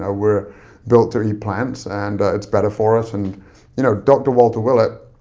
ah we're built to eat plants and it's better for us. and you know, dr. walter willett,